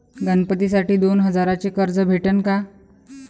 गणपतीसाठी दोन हजाराचे कर्ज भेटन का?